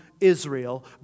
Israel